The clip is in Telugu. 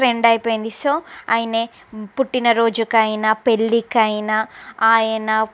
ట్రెండ్ అయిపోయింది సో అయినే పుట్టిన రోజుకి అయినా పెళ్ళికి అయినా ఆయన